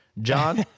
John